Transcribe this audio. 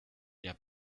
der